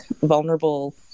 vulnerable